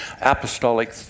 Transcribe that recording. apostolic